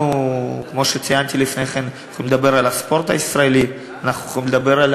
כמו שציינתי לפני כן, אנחנו יכולים לדבר על